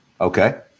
Okay